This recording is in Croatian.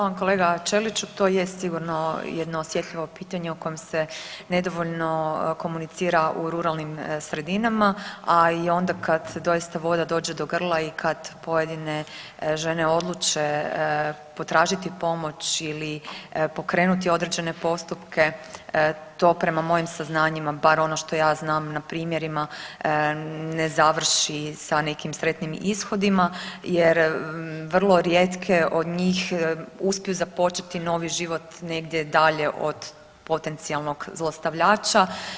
Hvala kolega Ćeliću, to jest sigurno jedno osjetljivo pitanje o kojem se nedovoljno komunicira u ruralnim sredinama, a i onda kad doista voda dođe do grla i kad pojedine žene odluče potražiti pomoć ili pokrenuti određene postupke to prema mojim saznanjima bar ono što ja znam na primjerima ne završi sa nekim sretnim ishodima jer vrlo rijetke od njih uspiju započeti novi život negdje dalje od potencijalnog zlostavljača.